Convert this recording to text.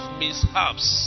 mishaps